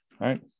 right